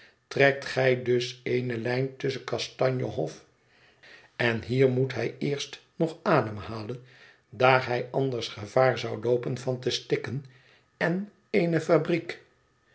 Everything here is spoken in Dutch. trekt gij dus ééne lijn tusschen kastanje hof en hier moet hij eerst nog ademhalen daar hij anders gevaar zou loopen van te stikken en eene fabriek